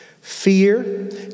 Fear